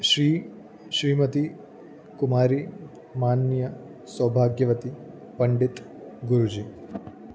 श्री श्रीमती कुमारी मान्य सौभाग्यवती पंडित गुरुजी